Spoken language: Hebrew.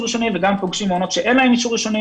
ראשוני וגם מעונות שאין להם אישור ראשוני,